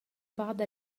بعض